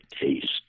taste